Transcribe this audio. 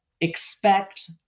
expect